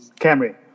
Camry